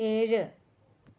ഏഴ്